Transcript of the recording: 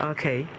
Okay